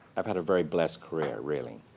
i've had a very blessed career, really.